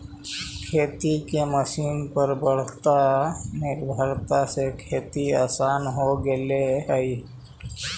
खेती के मशीन पर बढ़ीत निर्भरता से खेती आसान हो गेले हई